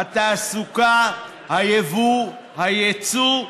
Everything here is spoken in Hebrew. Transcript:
התעסוקה, הייבוא והייצוא,